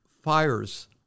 fires